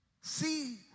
see